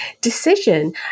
decision